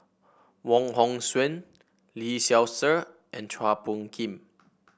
Wong Hong Suen Lee Seow Ser and Chua Phung Kim